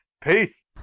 peace